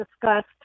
discussed